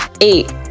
Eight